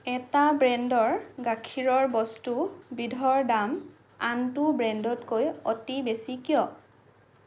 এটা ব্ৰেণ্ডৰ গাখীৰৰ বস্তু বিধৰ দাম আনটো ব্ৰেণ্ডতকৈ অতি বেছি কিয়